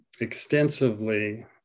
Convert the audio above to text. extensively